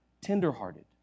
tenderhearted